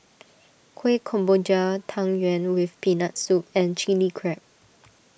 Kueh Kemboja Tang Yuen with Peanut Soup and Chili Crab